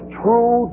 true